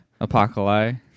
Apocalypse